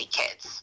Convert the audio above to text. kids